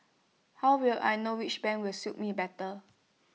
how will I know which bank will suits me better